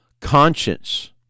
conscience